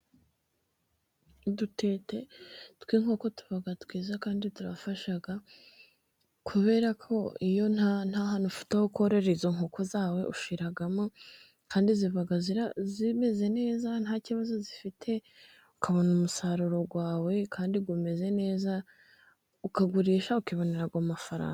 Udutete tw'inkoko tuba twiza kandi turafasha, kubera ko iyo nta hantu ufite ho kororera izo nkoko zawe ushyiramo kandi ziba zimeze neza nta kibazo zifite. Ukabona umusaruro wawe kandi umeze neza, ukagurisha ukibonera amafaranga.